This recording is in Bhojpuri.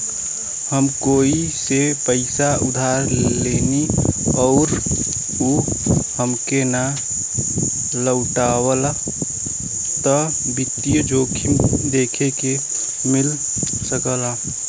हम कोई के पइसा उधार देली आउर उ हमके ना लउटावला त वित्तीय जोखिम देखे के मिल सकला